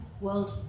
world